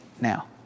Now